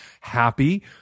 happy